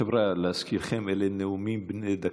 חבריא, להזכירכם, אלו נאומים בני דקה,